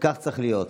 כך צריך להיות.